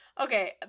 Okay